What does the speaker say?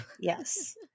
Yes